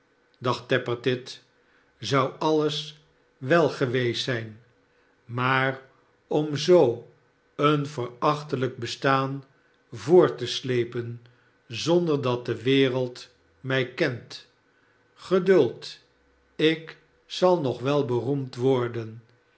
dacht tappertit zou alles we l geweest zijn maar om zoo eenverachtelijk bestaan voort te slepen zonder dat de wereld mij kent geduld ik zal nog wel beroemd worden